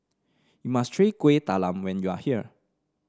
you must try Kuih Talam when you are here